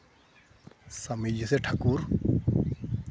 ᱥᱟᱹᱢᱤᱡᱤ ᱥᱮ ᱴᱷᱟᱹᱠᱩᱨ